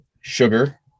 Sugar